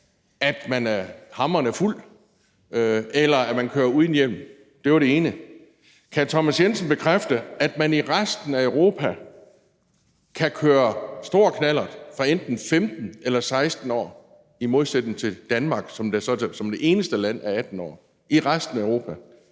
at man er hamrende fuld, eller at man kører uden hjelm? Det var det ene. For det andet: Kan hr. Thomas Jensen bekræfte, at man i resten af Europa kan køre stor knallert, fra man er enten 15 år eller 16 år, i modsætning til i Danmark, som er det eneste land i Europa,